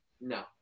No